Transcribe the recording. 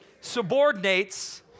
subordinates